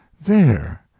There